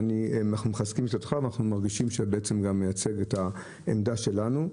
ואנחנו מחזקים את ידיך ואנחנו מרגישים שאתה מייצג גם את העמדה שלנו.